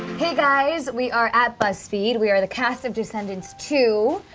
hey guys, we are at buzzfeed. we are the cast of descendants two.